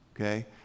Okay